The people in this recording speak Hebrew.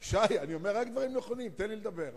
שי, אני אומר רק דברים נכונים, תן לי לדבר.